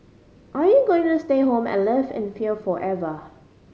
are you going to stay home and live in fear forever